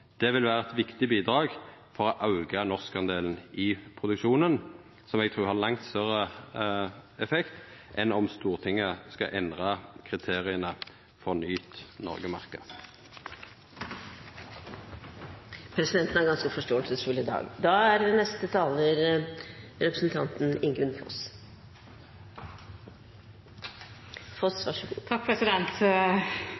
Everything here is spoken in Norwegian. Det vil vera eit viktig bidrag for å auka den norske delen i produksjonen, som eg trur har langt større effekt enn om Stortinget skal endra kriteria for Nyt Noreg-merket. Presidenten er ganske forståelsesfull i dag.